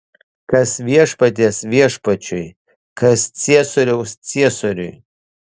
kas viešpaties viešpačiui kas ciesoriaus ciesoriui